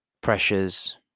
pressures